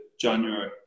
January